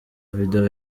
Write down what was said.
video